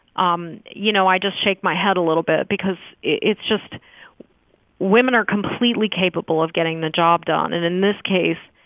um you know, i just shake my head a little bit because it's just women are completely capable of getting the job done. and in this case,